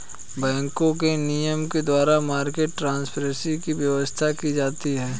बैंकों के नियम के द्वारा मार्केट ट्रांसपेरेंसी की व्यवस्था की जाती है